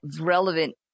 relevant